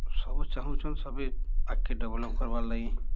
ସବୁ ଚାହୁଁଚନ୍ ସବେ ଆଗ୍କେ ଡେଭ୍ଲପ୍ କର୍ବାର୍ ଲାଗି